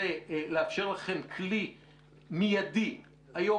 זה לאפשר לכם כלי מידי היום